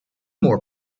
more